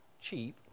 cheap